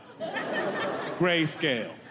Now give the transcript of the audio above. Grayscale